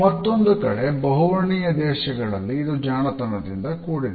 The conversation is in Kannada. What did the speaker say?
ಮತ್ತೊಂದು ಕಡೆ ಬಹುವರ್ಣೀಯ ದೇಶಗಳಲ್ಲಿ ಇದು ಜಾಣತನದಿಂದ ಕೂಡಿದೆ